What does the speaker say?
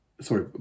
sorry